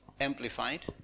Amplified